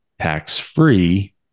tax-free